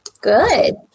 Good